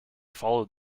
followed